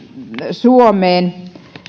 suomeen